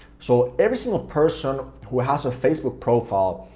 so, every single person who has a facebook profile,